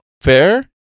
Fair